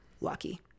lucky